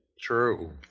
True